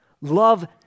Love